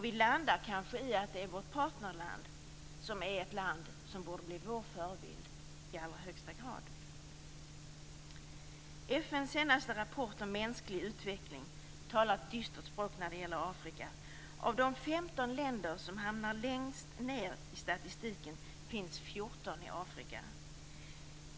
Vi landar i att det är vårt partnerland som borde bli vår förebild. FN:s senaste rapport om mänsklig utveckling talar ett dystert språk om Afrika. Av de 15 länder som hamnar längst ned i statistiken finns 14 i Afrika.